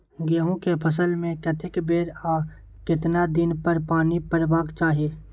गेहूं के फसल मे कतेक बेर आ केतना दिन पर पानी परबाक चाही?